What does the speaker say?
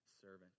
servant